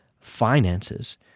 finances